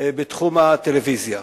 בתחום הטלוויזיה.